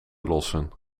lossen